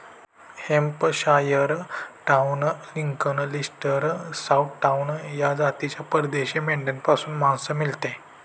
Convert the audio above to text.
Hampshire down, Lincoln, Leicester, southdown या जातीला परदेशी मेंढ्यांपासून मांस मिळते